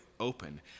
open